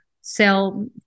sell